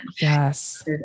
Yes